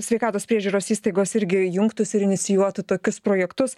sveikatos priežiūros įstaigos irgi jungtųsi ir inicijuotų tokius projektus